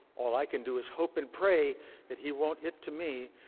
all i can do is hope and pray that he won't hit to me.